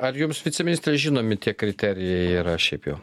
ar jums viceministre žinomi tie kriterijai yra šiaip jau